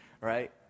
right